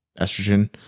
estrogen